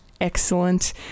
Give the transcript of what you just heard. excellent